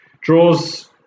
Draws